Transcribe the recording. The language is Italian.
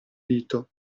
dito